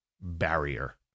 barrier